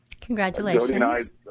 Congratulations